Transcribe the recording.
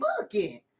booking